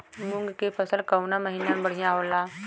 मुँग के फसल कउना महिना में बढ़ियां होला?